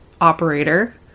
operator